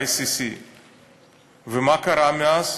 ICC. ומה קרה מאז?